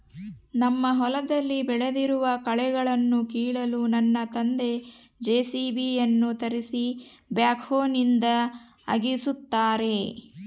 ನಮ್ಮ ಹೊಲದಲ್ಲಿ ಬೆಳೆದಿರುವ ಕಳೆಗಳನ್ನುಕೀಳಲು ನನ್ನ ತಂದೆ ಜೆ.ಸಿ.ಬಿ ಯನ್ನು ತರಿಸಿ ಬ್ಯಾಕ್ಹೋನಿಂದ ಅಗೆಸುತ್ತಾರೆ